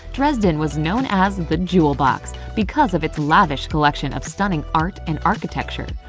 dresden was known as the jewel box because of its lavish collection of stunning art and architecture.